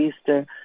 Easter